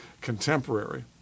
contemporary